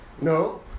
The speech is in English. No